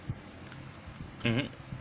mmhmm